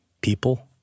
people